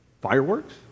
fireworks